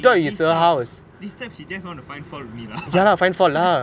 we these types of this type she want to find fault only lah why